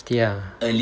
ah